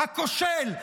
הכושל,